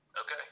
okay